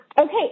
Okay